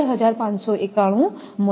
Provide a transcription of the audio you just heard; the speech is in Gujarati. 2591 મળશે